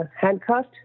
handcuffed